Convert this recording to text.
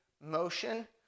motion